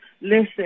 Listen